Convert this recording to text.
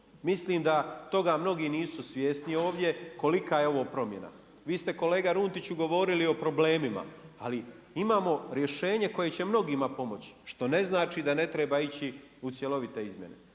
Mislim da toga mnogi nisu svjesni ovdje kolika je ovo promjena. Vi ste kolega Runtiću govorili o problemima ali imamo rješenje koje će mnogima pomoći što ne znači da ne treba ići u cjelovite izmjene.